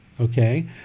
Okay